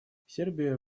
сербия